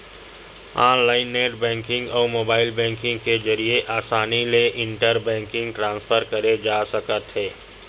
online net banking अउ mobile banking के जरिए असानी ले इंटर बेंकिंग ट्रांसफर करे जा सकत हे